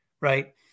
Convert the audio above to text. right